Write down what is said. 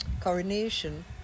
coronation